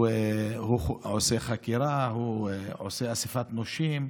הוא עושה חקירה, הוא עושה אספת נושים,